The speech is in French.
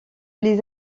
les